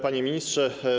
Panie Ministrze!